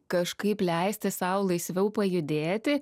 kažkaip leisti sau laisviau pajudėti